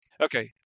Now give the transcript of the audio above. Okay